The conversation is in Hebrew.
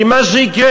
כי מה שיקרה,